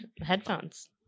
headphones